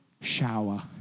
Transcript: shower